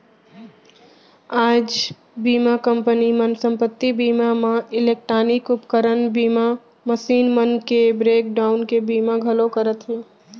आज बीमा कंपनी मन संपत्ति बीमा म इलेक्टानिक उपकरन बीमा, मसीन मन के ब्रेक डाउन के बीमा घलौ करत हें